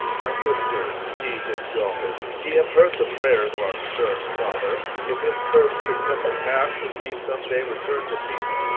my sisters, ye his daughters, ye have heard the prayers of our stern father, if his curse should come to pass and ye some day return to thebes,